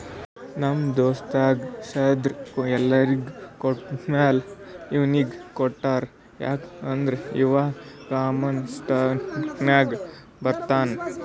ನಮ್ ದೋಸ್ತಗ್ ಶೇರ್ದು ಎಲ್ಲೊರಿಗ್ ಕೊಟ್ಟಮ್ಯಾಲ ಇವ್ನಿಗ್ ಕೊಟ್ಟಾರ್ ಯಾಕ್ ಅಂದುರ್ ಇವಾ ಕಾಮನ್ ಸ್ಟಾಕ್ನಾಗ್ ಬರ್ತಾನ್